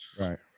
right